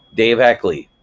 dave ackley,